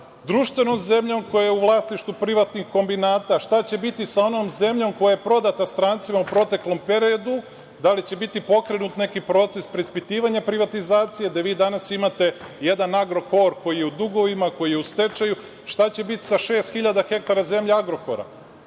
društvenom zemljom koja je u vlasništvu privatnih kombinata? Šta će biti sa onom zemljom koja je prodata strancima u proteklom periodu? Da li će biti pokrenut neki proces preispitivanja privatizacije, gde vi danas imate jedan „Agrokor“ koji je u dugovima, koji je u stečaju. Šta će biti sa šest hiljada hektara zemlje „Agrokora“?